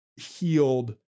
healed